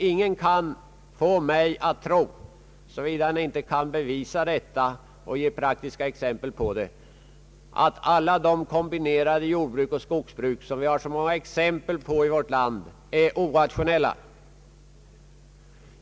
Ingen kan få mig att tro — såvida han inte kan bevisa det och ge praktiska exempel därpå — att alla de kombinerade jordoch skogsbruk som det finns så många exempel på i vårt land är irrationella.